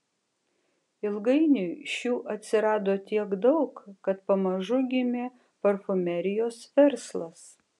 ilgainiui šių atsirado tiek daug kad pamažu gimė parfumerijos verslas